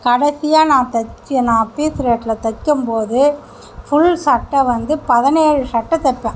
கடைசியா நான் தைச்சி நான் பீஸ் ரேட்டில் தைக்கும் போது ஃபுல் சட்டை வந்து பதினேழு சட்டை தப்பேன்